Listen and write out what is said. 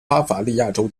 巴伐利亚州